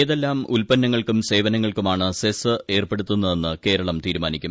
ഏതെല്ലാം ഉല്പന്നങ്ങൾക്കും സേവനങ്ങൾക്കുമാണ് സെസ് ഏർപ്പെടുത്തുന്നതെന്ന് കേരളം തീരുമാനിക്കും